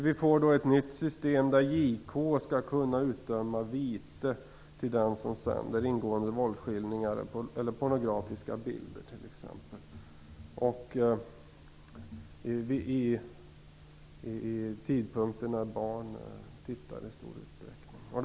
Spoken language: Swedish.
Vi får ett nytt system, där JK skall kunna utdöma vite för den som sänder t.ex. ingående våldsskildringar eller pornografiska bilder vid tidpunkter när barn i stor utsträckning tittar på TV.